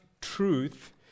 truth